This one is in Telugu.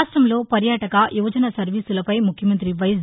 రాష్టంలో పర్యాటక యువజన సర్వీసులపై ముఖ్యమంత్రి వైఎస్